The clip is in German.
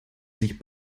sich